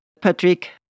Patrick